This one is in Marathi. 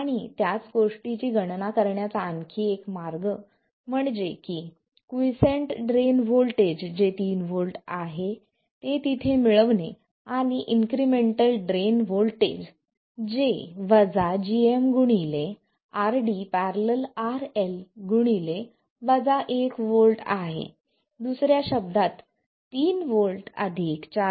आणि त्याच गोष्टीची गणना करण्याचा आणखी एक मार्ग म्हणजे की क्वीसेंट ड्रेन व्होल्टेज जे 3 V आहे ते तिथे मिळवणे आणि इन्क्रिमेंटल ड्रेन व्होल्टेज जे gm RD ║ RL 1 V आहे दुसऱ्या शब्दांत 3 व्होल्ट 4